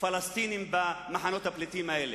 פלסטינים במחנות הפליטים האלה,